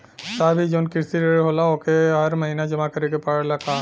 साहब ई जवन कृषि ऋण होला ओके हर महिना जमा करे के पणेला का?